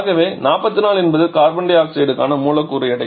ஆகவே 44 என்பது carbon di ஆக்சைடுக்கான மூலக்கூறு எடை